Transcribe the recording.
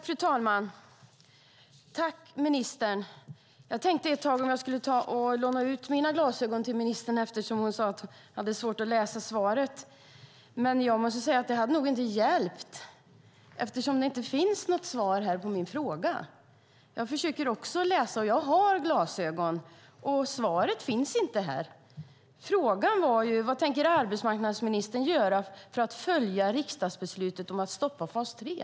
Fru talman! Jag tackar ministern. Jag tänkte ett tag att jag skulle ta och låna ut mina glasögon till ministern, eftersom hon sade att hon hade svårt att läsa svaret. Men jag måste säga att det nog inte hade hjälpt, eftersom det inte finns något svar på min fråga. Jag försöker också läsa, och jag har glasögon. Men svaret finns inte. Frågan i min interpellation var: "Vad tänker arbetsmarknadsministern göra för att följa riksdagsbeslutet om att stoppa fas 3?"